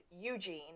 Eugene